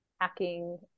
hacking